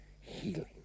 healing